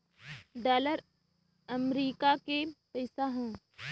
dollar America के पइसा हौ